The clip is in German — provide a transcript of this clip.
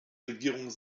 regierung